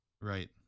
Right